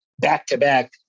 back-to-back